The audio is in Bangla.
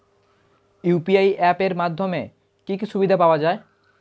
ইউ.পি.আই অ্যাপ এর মাধ্যমে কি কি সুবিধা পাওয়া যায়?